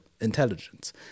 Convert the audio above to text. intelligence